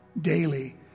daily